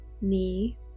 knee